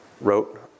wrote